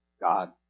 God